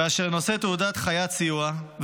ואשר נושא תעודת חיית סיוע,